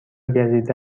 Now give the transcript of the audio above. گزیده